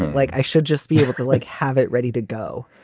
like i should just be able to like have it ready to go.